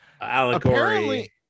allegory